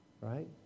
right